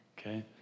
Okay